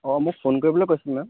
অঁ মোক ফোন কৰিবলৈ কৈছিল মেম